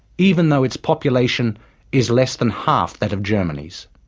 even though its population is less than half that of germany's.